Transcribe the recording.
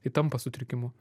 tai tampa sutrikimu